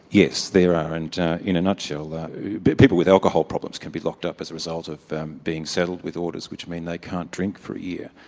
yes, there are, and in a nutshell, but people with alcohol problems can be locked up as a result of being saddled with orders which mean they can't drink for a year,